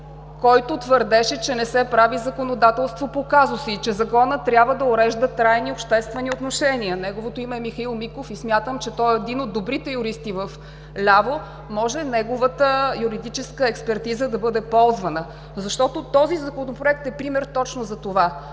който твърдеше, че не се прави законодателство по казуси и че Законът трябва да урежда трайни обществени отношения. Неговото име е Михаил Миков. И смятам, че той е един от добрите юристи вляво. Може неговата юридическата експертиза да бъде ползвана, защото този Законопроект е пример точно за това.